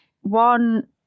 one